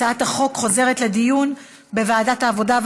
הצעת החוק חוזרת לדיון בוועדת העבודה,